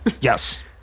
Yes